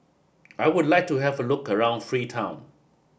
I would like to have a look around Freetown